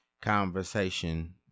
conversation